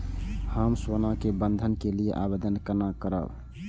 हम सोना के बंधन के लियै आवेदन केना करब?